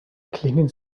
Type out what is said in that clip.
klingen